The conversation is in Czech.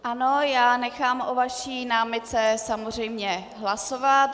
Ano, já nechám o vaší námitce samozřejmě hlasovat.